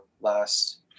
last